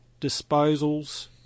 disposals